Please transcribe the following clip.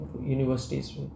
universities